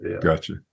Gotcha